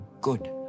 good